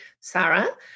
Sarah